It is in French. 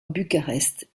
bucarest